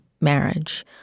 marriage